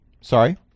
Sorry